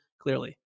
clearly